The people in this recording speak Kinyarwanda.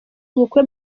ubukwe